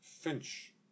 Finch